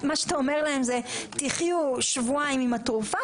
אז מה שאתה אומר להם זה תחיו שבועיים עם התרופה,